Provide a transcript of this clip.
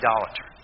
idolater